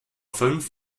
fünf